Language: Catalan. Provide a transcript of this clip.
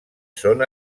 són